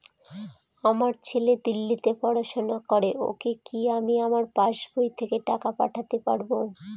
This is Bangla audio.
আমার ছেলে দিল্লীতে পড়াশোনা করে ওকে কি আমি আমার পাসবই থেকে টাকা পাঠাতে পারব?